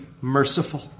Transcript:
merciful